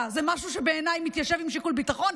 זה משהו שבעיניי מתיישב עם שיקולי ביטחון.